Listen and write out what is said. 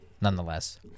nonetheless